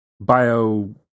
bio